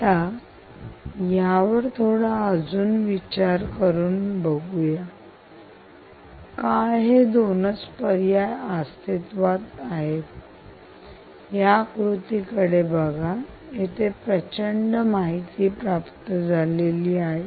आता यापुढे यावर थोडा अजून विचार बघू की का हे दोनच पर्याय प्रत्यक्षात अस्तित्वात आहेत या आकृतीकडे बघा येथे प्रचंड माहिती प्राप्त झालेली आहे